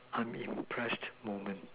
I'm impressed moment